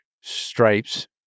stripes